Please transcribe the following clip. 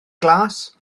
glas